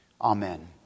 Amen